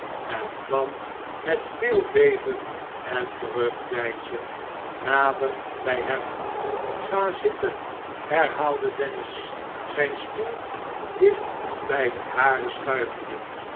en kwam met veel beven en terugdeinzen nader bij hem ga zitten herhaalde dennis zijn stoel dicht bij den haren schuivende